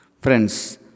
Friends